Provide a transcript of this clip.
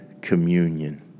communion